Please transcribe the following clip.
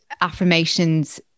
affirmations